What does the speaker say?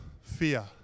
fear